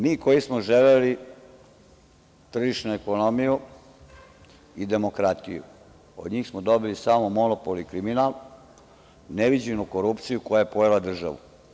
Mi koji smo želeli tržišnu ekonomiju i demokratiju, od njih smo dobili samo monopol i kriminal, neviđenu korupciju koja je pojela državu.